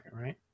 right